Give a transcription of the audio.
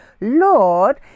Lord